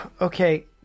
Okay